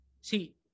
See